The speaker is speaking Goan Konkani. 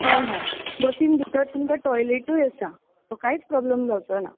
हय हय बसीन भितर तुमकां टोयलेटूय आसा सो कायच प्रोबलम जांवचो ना